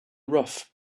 rough